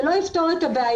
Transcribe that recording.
זה לא יפתור את הבעיה,